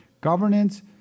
Governance